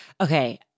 okay